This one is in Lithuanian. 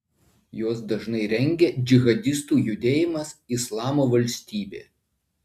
juos dažnai rengia džihadistų judėjimas islamo valstybė